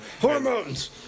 hormones